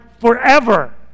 forever